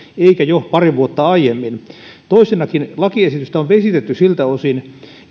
eikä jo pari vuotta aiemmin toisekseen lakiesitystä on vesitetty siltä osin